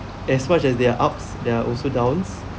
as much as there are ups there are also downs